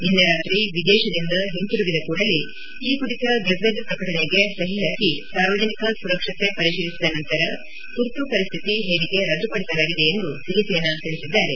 ನಿನ್ನೆ ರಾತ್ರಿ ವಿದೇಶದಿಂದ ಹಿಂದಿರುಗಿದ ಕೂಡಲೇ ಈ ಕುರಿತ ಗೆಜ್ಲಿಟ್ ಪ್ರಕಟಣೆಗೆ ಸಹಿ ಹಾಕಿ ಸಾರ್ವಜನಿಕ ಸುರಕ್ಷತೆ ಪರಿಶೀಲಿಸಿದ ನಂತರ ತುರ್ತು ಪರಿಸ್ಥಿತಿ ಹೇರಿಕೆ ರದ್ದುಪಡಿಸಲಾಗಿದೆ ಎಂದು ಸಿರಿಸೇನಾ ತಿಳಿಸಿದ್ದಾರೆ